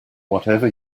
whatever